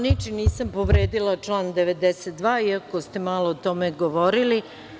Ničim nisam povredila član 92, iako ste malo o tome govorili.